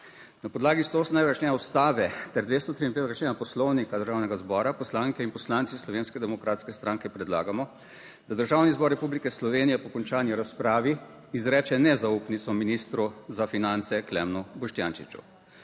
Na podlagi 180. člena Ustave ter 253. člena Poslovnika Državnega zbora poslanke in poslanci Slovenske demokratske stranke predlagamo, da Državni zbor Republike Slovenije po končani razpravi izreče nezaupnico ministru za finance, Klemnu Boštjančiču.